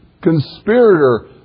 conspirator